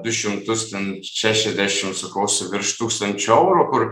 du šimtus ten šešiasdešim sakau su virš tūkstančių eurų kur